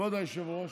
כבוד היושב-ראש,